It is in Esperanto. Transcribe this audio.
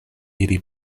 ili